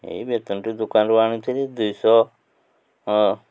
ଏଇ ବେତନଟୀ ଦୋକାନରୁ ଆଣିଥିଲି ଦୁଇଶହ ହଁ